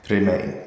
Remain